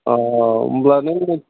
अ होमब्ला नों